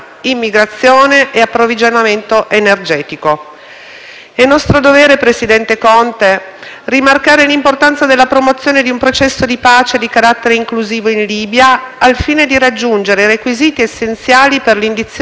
rimarcare l'importanza della promozione di un processo di pace di carattere inclusivo in Libia al fine di raggiungere i requisiti essenziali per l'indizione di nuove elezioni e per terminare così il difficoltoso processo di transizione politica.